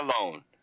alone